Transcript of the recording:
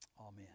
amen